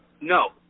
No